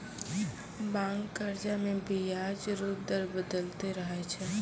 मांग कर्जा मे बियाज रो दर बदलते रहै छै